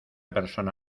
persona